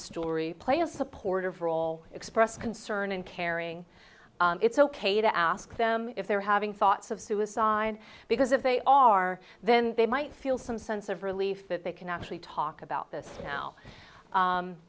story play a supportive role express concern and caring it's ok to ask them if they're having thoughts of suicide because if they are then they might feel some sense of relief that they can actually talk about this now